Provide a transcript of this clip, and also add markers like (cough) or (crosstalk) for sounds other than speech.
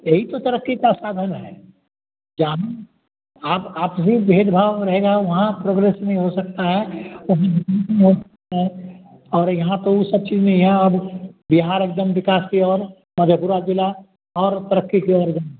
यही तो तरक़्क़ी का साधन है जहाँ हम आप आपसी भेदभाव रहेगा वहाँ प्रोग्रेस नहीं हो सकता है (unintelligible) और यहाँ कोई सब चीज़ नहीं है यहाँ अब बिहार एक दम विकास की और मधेपुरा ज़िला और तरक़्क़ी की और (unintelligible)